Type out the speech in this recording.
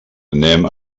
anem